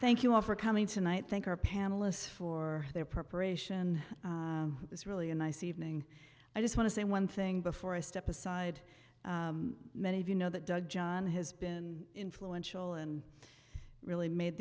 thank you all for coming tonight thank our panelists for their preparation it's really a nice evening i just want to say one thing before i step aside many of you know that doug john has been influential and really made